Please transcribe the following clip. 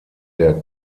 der